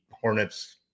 Hornets